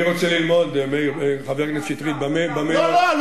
אני רוצה ללמוד, חבר הכנסת שטרית, במה לא דייקתי.